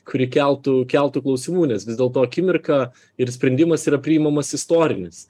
kuri keltų keltų klausimų nes vis dėlto akimirka ir sprendimas yra priimamas istorinis